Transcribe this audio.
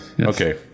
Okay